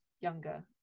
younger